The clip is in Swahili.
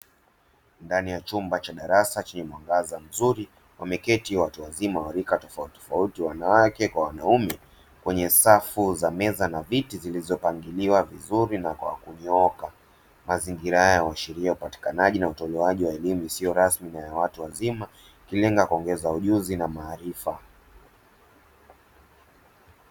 Ndani ya chumba cha darasa chenye mwangaza mzuri wameketi watu wazima wa rika tofautitofauti wanawake kwa wanaume kwenye safu za meza na viti zilizopangiliwa vizuri na kwa kunyooka. Mazingira haya huashiria upatikanaji na utolewaji wa elimu isiyo rasmi na ya watu wazima ikilenga kuongeza ujuzi na maarifa.